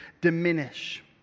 diminish